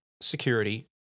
security